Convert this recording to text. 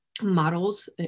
models